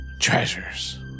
treasures